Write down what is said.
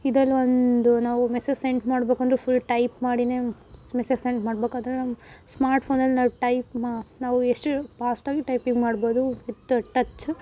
ಇದ್ರಲ್ಲಿ ಒಂದು ನಾವು ಮೆಸೇಜ್ ಸೆಂಡ್ ಮಾಡಬೇಕಂದ್ರೂ ಫುಲ್ ಟೈಪ್ ಮಾಡಿಯೇ ಮೆಸೇಜ್ ಸೆಂಡ್ ಮಾಡ್ಬೇಕು ಆದರೆ ನಮ್ಮ ಸ್ಮಾರ್ಟ್ ಫೋನಲ್ಲಿ ನಾವು ಟೈಪ್ ಮಾ ನಾವು ಎಷ್ಟು ಫಾಸ್ಟಾಗಿ ಟೈಪಿಂಗ್ ಮಾಡ್ಬೋದು ವಿದ್ ಟಚ್ಚ